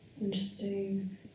interesting